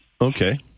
Okay